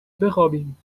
بخابیم